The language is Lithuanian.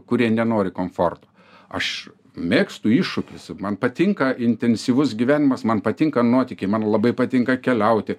kurie nenori komforto aš mėgstu iššūkius man patinka intensyvus gyvenimas man patinka nuotykiai man labai patinka keliauti